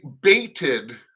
baited